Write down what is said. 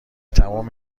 تموم